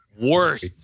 Worst